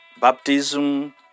baptism